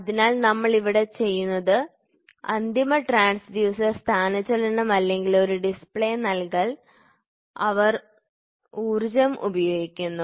അതിനാൽ ഇവിടെ നമ്മൾ ചെയ്യുന്നത് അന്തിമ ട്രാൻസ്ഡ്യൂസർ സ്ഥാനചലനം അല്ലെങ്കിൽ ഒരു ഡിസ്പ്ലേ നൽകാൻ അവർ ഊർജ്ജം ഉപയോഗിക്കുന്നു